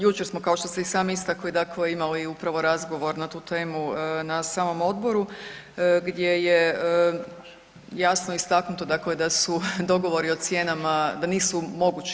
Jučer smo kao što ste i sami istakli dakle imali upravo razgovor na tu temu na samom odboru gdje je jasno istaknuto dakle da su dogovori o cijenama da nisu mogući.